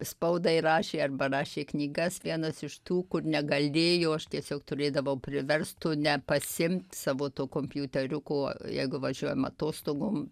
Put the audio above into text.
spaudai rašė arba rašė knygas vienas iš tų kur negalėjo aš tiesiog turėdavau priverst tu nepasiimt savo to kompiuteriuko jeigu važiuojam atostogom